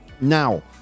Now